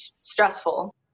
stressful